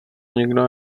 nikdo